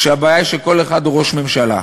והבעיה היא שכל אחד הוא ראש ממשלה.